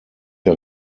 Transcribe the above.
der